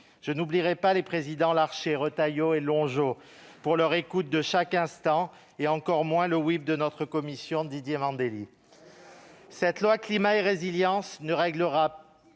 Je n'oublie pas les présidents Larcher, Retailleau et Longeot, pour leur écoute de chaque instant, et encore moins le de notre commission, Didier Mandelli. Cette loi Climat et résilience ne réglera pas,